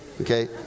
Okay